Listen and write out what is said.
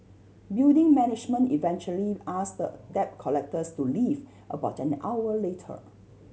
building management eventually ask the debt collectors to leave about an hour later